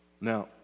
Now